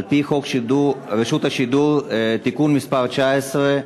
על-פי חוק רשות השידור (תיקון מס' 19),